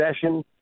session